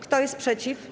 Kto jest przeciw?